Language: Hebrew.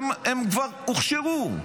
הם כבר הוכשרו.